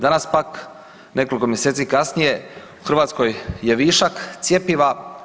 Danas pak nekoliko mjeseci kasnije u Hrvatskoj je višak cjepiva.